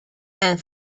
and